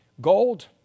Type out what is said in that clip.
Gold